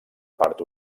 part